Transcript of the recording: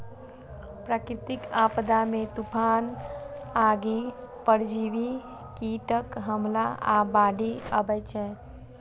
प्राकृतिक आपदा मे तूफान, आगि, परजीवी कीटक हमला आ बाढ़ि अबै छै